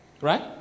Right